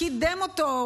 קידם אותו,